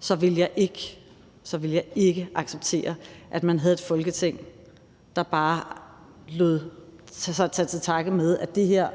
så ville jeg ikke acceptere, at man havde et Folketing, der bare tog til takke med, at det her